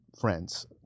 friends